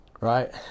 right